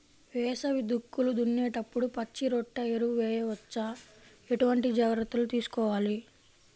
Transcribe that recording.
వేసవి దుక్కులు దున్నేప్పుడు పచ్చిరొట్ట ఎరువు వేయవచ్చా? ఎటువంటి జాగ్రత్తలు తీసుకోవాలి?